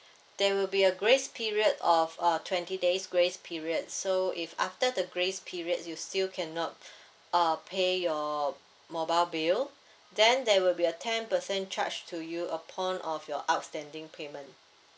there will be a grace period of a twenty days grace period so if after the grace period you still cannot uh pay your mobile bill then there will be a ten percent charge to you upon of your outstanding payment